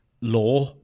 law